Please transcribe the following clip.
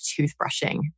toothbrushing